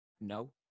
No